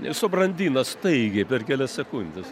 subrandina staigiai per kelias sekundes